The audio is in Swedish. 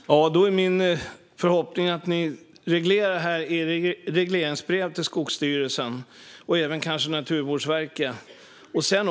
Fru talman! Då är min förhoppning att ni reglerar detta i regleringsbrevet till Skogsstyrelsen och kanske även till Naturvårdsverket.